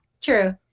true